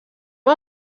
amb